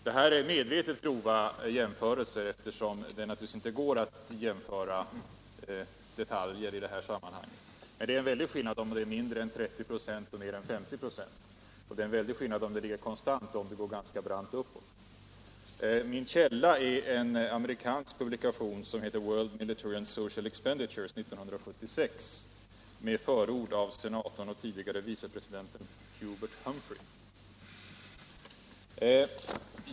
Det här är medvetet grova jämförelser, eftersom det naturligtvis inte går att jämföra detaljer i det här sammanhanget. Men det är en väldig skillnad på om det är mindre än 30 96 eller mer än 50 96. Och det är en väldig skillnad om nivån är konstant eller om det går ganska brant uppåt. Min källa är den amerikanska publikationen World Military and Social Expenditures 1976 med förord av senatorn och tidigare vice presidenten Hubert Humphrey.